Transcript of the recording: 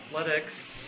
Athletics